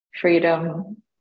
freedom